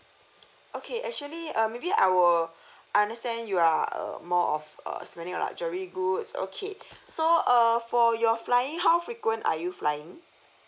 okay actually uh maybe I will understand you are uh more of uh spending on luxury goods okay so uh for your flying how frequent are you flying